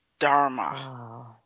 Dharma